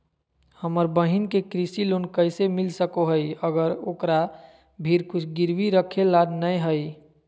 हमर बहिन के कृषि लोन कइसे मिल सको हइ, अगर ओकरा भीर कुछ गिरवी रखे ला नै हइ?